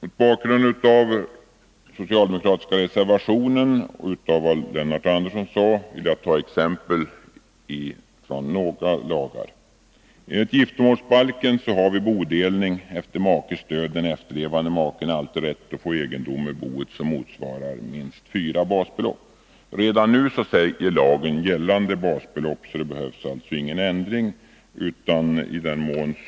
Mot bakgrund av den socialdemokratiska reservationen och av vad Lennart Andersson sade vill jag något kommentera ändringarna och deras betydelse i några lagar. Enligt giftermålsbalken har vid bodelning efter makes död den efterlevande maken alltid rätt att få egendom ur boet till ett värde som motsvarar minst fyra basbelopp. Redan nu används i lagen formuleringen ”gällande basbelopp”, och därför behöver ingen ändring göras i lagen.